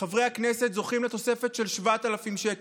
חברי הכנסת זוכים לתוספת של 7,000 שקל?